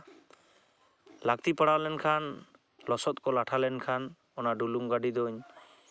ᱞᱟᱹᱠᱛᱤ ᱯᱟᱲᱟᱣ ᱞᱮᱱᱠᱷᱟᱱ ᱞᱚᱥᱚᱫ ᱠᱚ ᱞᱟᱴᱷᱟ ᱞᱮᱱᱠᱷᱟᱱ ᱚᱱᱟ ᱰᱩᱞᱩᱝ ᱜᱟᱹᱰᱤ ᱫᱩᱧ